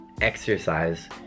exercise